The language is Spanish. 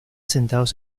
sentados